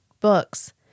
books